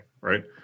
right